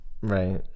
Right